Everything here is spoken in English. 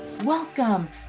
Welcome